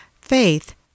faith